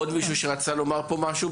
עוד מישהו שרצה לומר פה משהו?